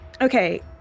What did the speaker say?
okay